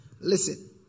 Listen